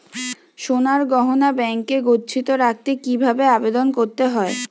সোনার গহনা ব্যাংকে গচ্ছিত রাখতে কি ভাবে আবেদন করতে হয়?